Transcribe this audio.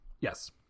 Yes